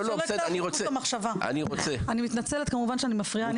אני מתנצלת כמובן שאני מפריעה.